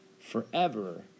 forever